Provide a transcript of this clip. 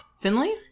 Finley